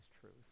truth